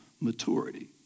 maturity